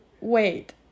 wait